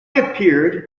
appeared